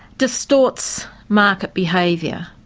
distorts market behaviour,